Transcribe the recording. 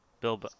Bill